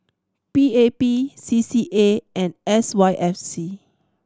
P A P C C A and S Y F C